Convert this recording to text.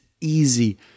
easy